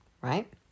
right